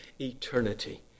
eternity